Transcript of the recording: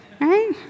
Right